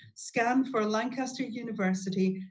scan for lancaster university,